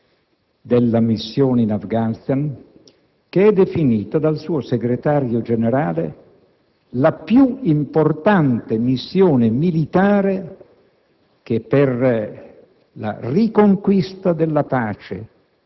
del bilancio, ma anche delle prospettive della missione in Afghanistan, che è definita dal suo segretario generale come la più importante missione militare